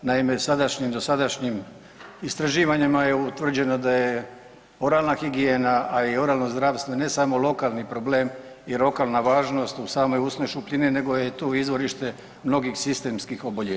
Naime, dosadašnjim istraživanjima je utvrđeno da je oralna higijena, a i oralno zdravstvo ne samo lokalni problem i lokalna važnost u samoj usnoj šupljini nego je tu izvorište mnogih sistemskih oboljenja.